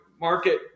market